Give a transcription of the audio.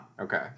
Okay